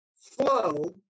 flow